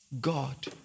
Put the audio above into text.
God